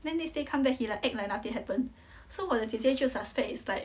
then next day come back he like act like nothing happened so 我的姐姐就 suspect it's like